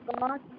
God